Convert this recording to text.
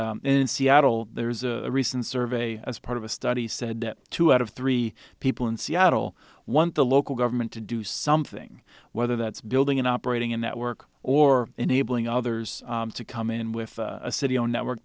in seattle there's a recent survey as part of a study said that two out of three people in seattle want the local government to do something whether that's building an operating a network or enabling others to come in with a city own network